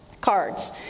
cards